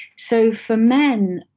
so for men,